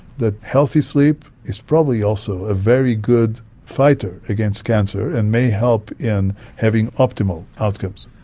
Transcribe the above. that healthy sleep is probably also a very good fighter against cancer and may help in having optimal outcomes.